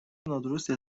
نادرستی